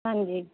ਹਾਂਜੀ